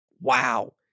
wow